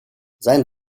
sein